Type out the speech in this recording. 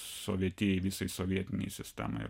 sovietijai visai sovietinei sistemai